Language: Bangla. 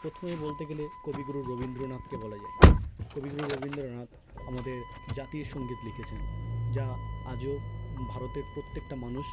প্রথমে বলতে গেলে কবিগুরু রবীন্দ্রনাথকে বলা যায় কবিগুরু রবীন্দ্রনাথ আমাদের জাতীয় সঙ্গীত লিখেছেন যা আজও ভারতের প্রত্যেকটা মানুষ